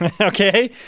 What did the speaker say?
Okay